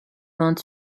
vingt